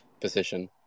position